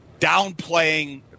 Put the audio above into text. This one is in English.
downplaying